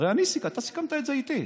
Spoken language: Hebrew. הרי אתה סיכמת את זה איתי.